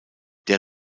der